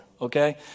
okay